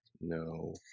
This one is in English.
no